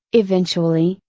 eventually,